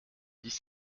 dix